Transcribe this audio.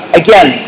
again